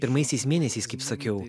pirmaisiais mėnesiais kaip sakiau